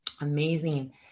amazing